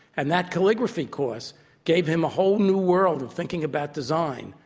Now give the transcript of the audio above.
and that calligraphy course gave him a whole new world of thinking about design.